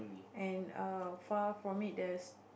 and err far from it there's